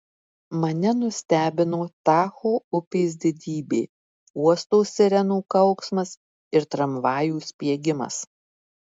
mane nustebino tacho upės didybė uosto sirenų kauksmas ir tramvajų spiegimas